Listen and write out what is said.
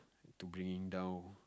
to bring it down